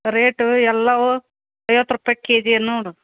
rate ಎಲ್ಲವೂ ಐವತ್ತು ರೂಪಾಯಿ ಕೆ ಜಿ ನೋಡು